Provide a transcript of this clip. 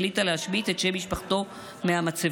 החליטה להשמיט את שם משפחתו מהמצבות,